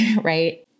right